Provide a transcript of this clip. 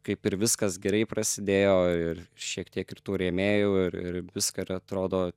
kaip ir viskas gerai prasidėjo ir šiek tiek ir tų rėmėjų ir ir viską ir atrodo